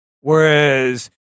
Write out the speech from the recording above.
Whereas